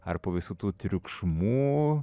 ar po visų tų triukšmų